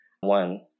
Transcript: one